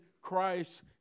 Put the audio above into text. Christ